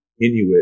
Inuit